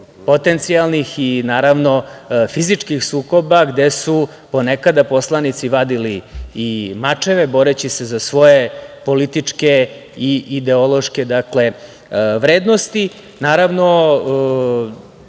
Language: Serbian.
potencijalnih i, naravno, fizičkih sukoba gde su ponekada poslanici vadili i mačeve boreći se za svoje političke i ideološke vrednosti. Naravno,